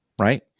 right